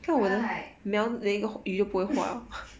right